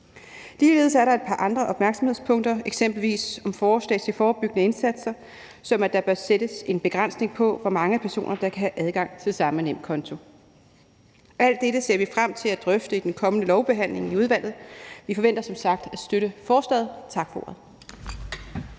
Ligeledes er der et par andre opmærksomhedspunkter, eksempelvis i forhold til forslag til forebyggende indsatser, som at der bør sættes en begrænsning på, hvor mange personer der kan have adgang til samme nemkonto. Alt dette ser vi frem til at drøfte i den kommende lovbehandling i udvalget. Vi forventer som sagt at støtte forslaget. Tak for ordet.